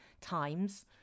times